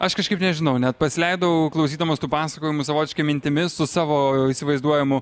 aš kažkaip nežinau net pasileidau klausydamas tų pasakojimų savotiškai mintimis su savo įsivaizduojamu